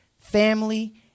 family